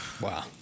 wow